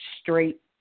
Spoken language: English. straight